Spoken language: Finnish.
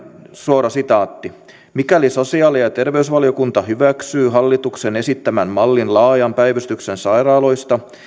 suora sitaatti mikäli sosiaali ja terveysvaliokunta hyväksyy hallituksen esittämän mallin laajan päivystyksen sairaaloista